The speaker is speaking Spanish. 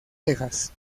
texas